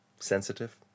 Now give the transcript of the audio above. sensitive